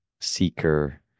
seeker